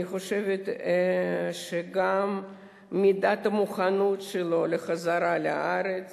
אני חושבת שגם מידת המוכנות שלו לחזרה לארץ